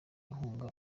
inkunga